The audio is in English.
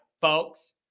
folks